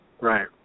Right